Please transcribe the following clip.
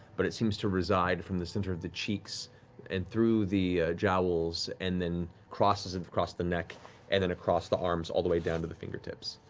but it seems to reside from the center of the cheeks and through the jowls and then crosses and across the neck and then across the arms all the way down to the fingertips.